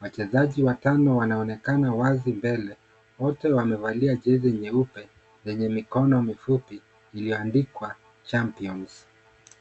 Wachezaji watano wanaonekana wazi mbele, wote wamevalia jezi nyeupe, zenye mikono mifupi, iliyoandikwa, champions .